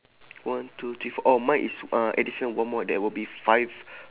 one two three four oh mine is uh additional one more that will be five